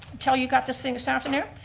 until you got this thing this afternoon.